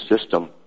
system